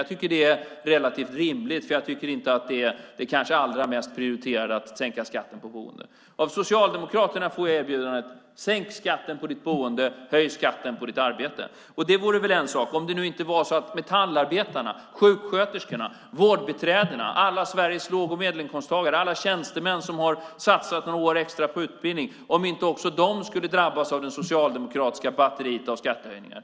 Jag tycker att det är relativt rimligt, för jag tycker inte att det är det allra mest prioriterade att sänka skatten på boendet. Av Socialdemokraterna får jag erbjudandet: Sänk skatten på ditt boende! Höj skatten på ditt arbete! Det vore väl en sak om det nu inte var så att också metallarbetarna, sjuksköterskorna, vårdbiträdena, alla Sveriges låg och medelinkomsttagare och alla tjänstemän som har satsat några år extra på utbildning skulle drabbas av det socialdemokratiska batteriet av skattehöjningar.